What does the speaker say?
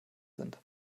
sind